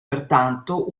pertanto